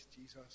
Jesus